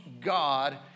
God